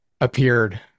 appeared